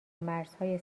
مرزهای